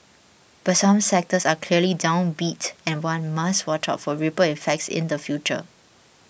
but some sectors are clearly downbeat and one must watch out for ripple effects in the future